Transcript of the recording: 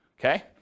Okay